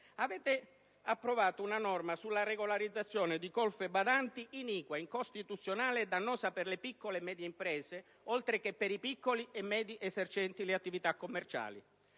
Avete approvato una norma sulla regolarizzazione di colf e badanti iniqua, incostituzionale e dannosa per le piccole e medie imprese italiane, oltre che per i piccoli e medi esercenti le attività commerciali.